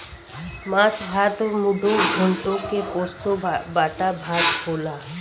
माछ भात मुडो घोन्टो के पोस्तो बाटा भात होला